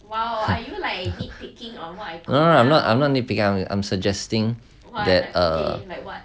no lah I'm not nitpick I'm suggesting that uh